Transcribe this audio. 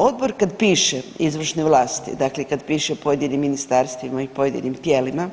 Odbor kad piše izvršnoj vlasti, dakle kad piše pojedinim ministarstvima i pojedinim tijelima,